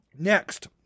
Next